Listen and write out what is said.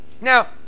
Now